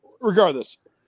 Regardless